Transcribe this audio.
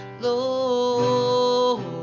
Lord